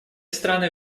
страны